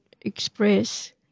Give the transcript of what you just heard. express